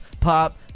pop